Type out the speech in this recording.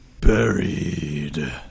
Buried